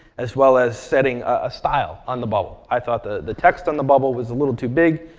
as well as setting a style on the bubble. i thought the the text on the bubble was a little too big,